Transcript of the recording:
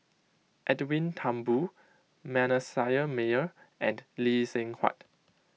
Edwin Thumboo Manasseh Meyer and Lee Seng Huat